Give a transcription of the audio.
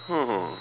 oh